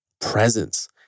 presence